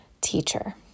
teacher